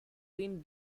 been